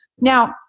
Now